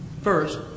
First